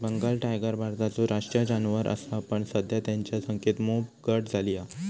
Bengal tiger भारताचो राष्ट्रीय जानवर असा पण सध्या तेंच्या संख्येत मोप घट झाली हा